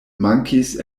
mankis